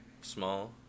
Small